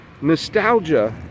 nostalgia